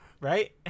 Right